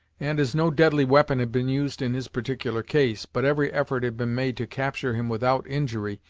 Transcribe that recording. and, as no deadly weapon had been used in his particular case, but every effort had been made to capture him without injury,